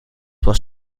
was